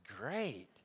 great